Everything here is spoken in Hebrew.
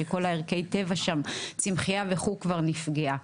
שכל הערכי טבע שם, צמחייה וכו' כבר נפגעה.